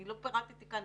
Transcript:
אני לא פירטתי כאן,